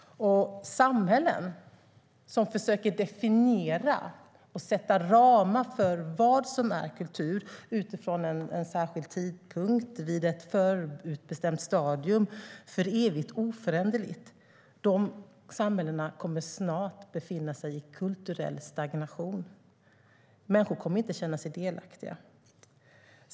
Samhällen som försöker definiera och sätta ramar för vad som är kultur utifrån en särskild tidpunkt vid ett förutbestämt stadium, för evigt oföränderligt, kommer snart att befinna sig i kulturell stagnation. Människor kommer inte att känna sig delaktiga.